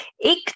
Ik